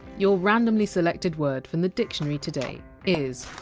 your randomly selected word from the dictionary today is!